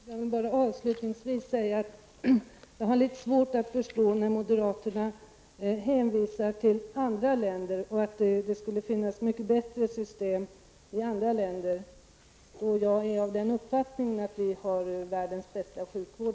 Fru talman! Avslutningsvis vill jag säga att jag har litet svårt att förstå när moderaterna hänvisar till att det skulle finnas mycket bättre system i andra länder. Jag är av den uppfattningen att vi i Sverige har världens bästa sjukvård.